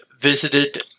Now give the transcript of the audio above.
visited